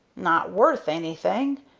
not worth anything!